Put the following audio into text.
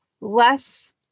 less